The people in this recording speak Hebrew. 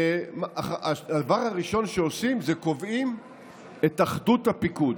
הדבר הראשון שעושים זה קובעים את אחדות הפיקוד.